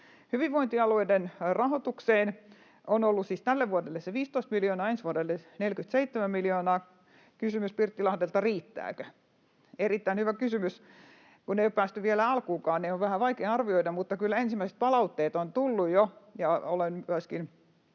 Hyvinvointialueiden rahoitukseen on ollut siis tälle vuodelle se 15 miljoonaa, ensi vuodelle 47 miljoonaa. Kysymys Pirttilahdelta: riittääkö? Erittäin hyvä kysymys. Kun ei ole päästy vielä alkuunkaan, niin on vähän vaikea arvioida, mutta kyllä ensimmäiset palautteet ovat tulleet jo, ja olen myöskin